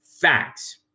facts